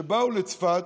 שבאו לצפת,